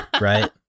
right